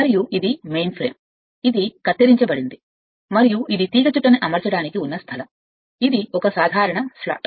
మరియు ఇది కత్తిరించబడిన మెయిన్ఫ్రేమ్ ఇది కత్తిరించబడింది మరియు ఇది మూసివేసే తీగచుట్ట స్థలాన్ని అనుమతించడానికి ఒక సాధారణ స్లాట్